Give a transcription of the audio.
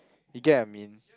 you get I mean